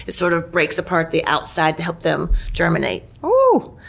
it sort of breaks apart the outside to help them germinate. oooh.